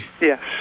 Yes